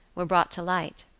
were brought to light.